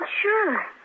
Sure